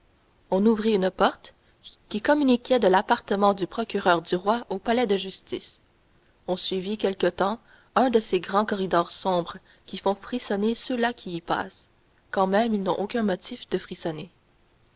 on ouvrit une porte qui communiquait de l'appartement du procureur du roi au palais de justice on suivit quelque temps un de ces grands corridors sombres qui font frissonner ceux-là qui y passent quand même ils n'ont aucun motif de frissonner